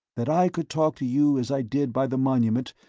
that i could talk to you as i did by the monument,